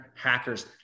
hackers